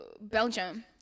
Belgium